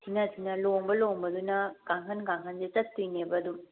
ꯊꯤꯅ ꯊꯤꯅ ꯂꯣꯡꯕ ꯂꯣꯡꯕꯗꯨꯅ ꯀꯥꯡꯈꯟ ꯀꯥꯡꯈꯟꯁꯦ ꯆꯠꯀꯗꯣꯏꯅꯦꯕ ꯑꯗꯨꯝ